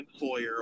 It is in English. employer